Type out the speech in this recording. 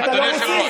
כי אתה לא רוסי.